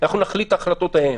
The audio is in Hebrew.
נחליט את ההחלטות ההן.